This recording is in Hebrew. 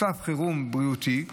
מצב חירום בריאותי,